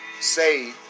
say